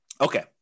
Okay